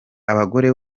abagore